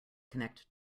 connect